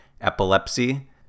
epilepsy